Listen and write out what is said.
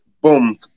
Boom